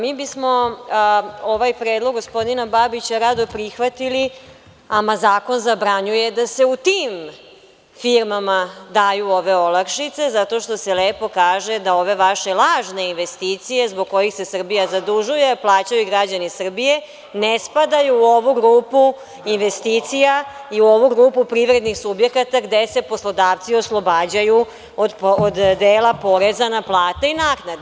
Mi bismo ovaj predlog gospodina Babića rado prihvatili, ali zakon zabranjuje da se u tim firmama daju ove olakšice, zato što se lepo kaže da ove vaše lažne investicije, zbog kojih se Srbija zadužuje, a plaćaju građani Srbije, ne spadaju u ovu grupu investicija i u ovu grupu privrednih subjekata gde se poslodavci oslobađaju od dela poreza na plate i naknade.